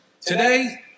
Today